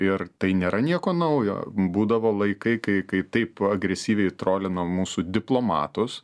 ir tai nėra nieko naujo būdavo laikai kai kai taip agresyviai trolina mūsų diplomatus